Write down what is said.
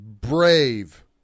brave